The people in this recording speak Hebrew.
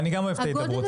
אני גם אוהב הידברות,